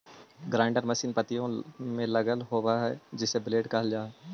grinder machine में पत्तियाँ लगल होव हई जिसे ब्लेड कहल जा हई